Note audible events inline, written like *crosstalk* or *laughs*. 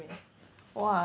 *laughs*